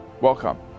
welcome